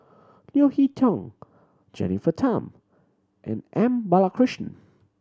Leo Hee Tong Jennifer Tham and M Balakrishnan